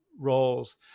roles